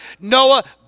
Noah